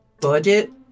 budget